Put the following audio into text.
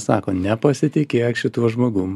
sako nepasitikėk šituo žmogum